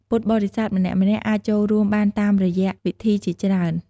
ពុទ្ធបរិស័ទម្នាក់ៗអាចចូលរួមបានតាមរយៈវិធីជាច្រើន។